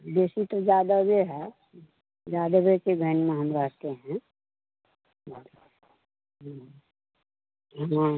बेसी तो जादबे है जादबे के घेन में हम रहते हैं हाँ